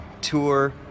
tour